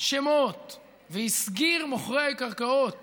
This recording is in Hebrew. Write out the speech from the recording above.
שמות והסגיר מוכרי קרקעות